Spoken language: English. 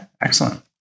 excellent